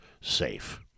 safe